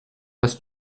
was